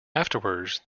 afterwards